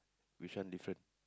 which one different